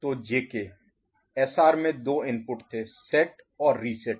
तो JK SR में दो इनपुट थे सेट और रिसेट